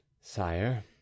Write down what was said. sire